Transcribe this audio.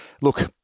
look